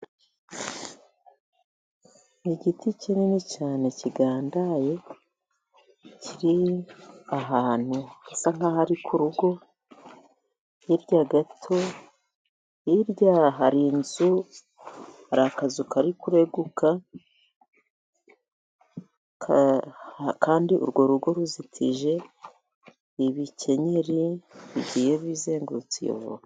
Igiti kinini cyane kigandaye, kiri ahantu hasa nk'aho ari ku rugo, hirya gato, hirya hari inzu, hari akazu kari kureguka, kandi urwo rugo ruzitije ibikenyeri, bigiye bizengurutse iyo voka.